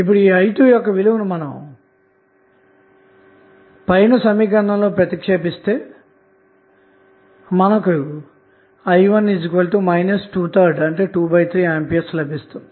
ఇప్పుడు i2 విలువను పై సమీకరణంలో ప్రతిక్షేపించి పరిష్కరిస్తే i1 23A లభిస్తుంది